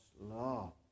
law